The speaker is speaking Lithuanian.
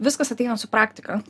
viskas ateina su praktika